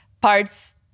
parts